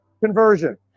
conversion